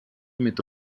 mit